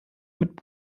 mit